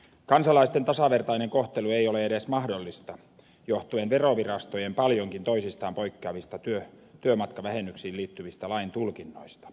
kansalaisten tasavertainen kohtelu ei ole edes mahdollista johtuen verovirastojen paljonkin toisistaan poikkeavista työmatkavähennyksiin liittyvistä laintulkinnoista